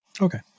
Okay